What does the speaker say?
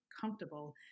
comfortable